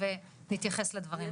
ואנחנו נתייחס לדברים.